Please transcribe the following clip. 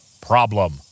problem